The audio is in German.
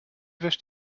wäscht